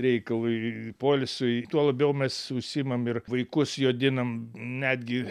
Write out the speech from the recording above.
reikalui poilsiui tuo labiau mes užsiimam ir vaikus jodinam netgi